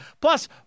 Plus